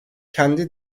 kendi